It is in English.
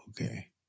Okay